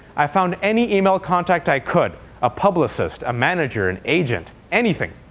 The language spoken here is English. i found any email contact i could a publicist, a manager, an agent, anything.